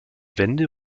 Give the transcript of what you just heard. wende